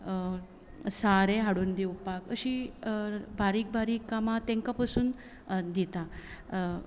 सारें हाडून दिवपाक अशी बारीक बारीक कामां तांकां पसून दितां